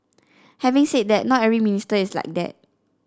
having said that not every minister is like that